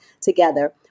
together